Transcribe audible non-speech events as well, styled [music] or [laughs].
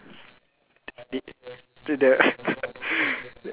the [laughs]